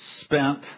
spent